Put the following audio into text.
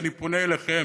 אני פונה אליכם: